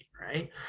right